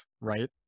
right